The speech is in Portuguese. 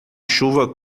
chuva